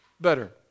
better